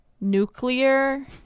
nuclear